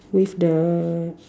with the